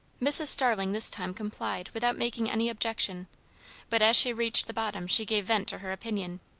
mrs. starling this time complied without making any objection but as she reached the bottom she gave vent to her opinion.